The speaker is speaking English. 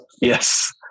yes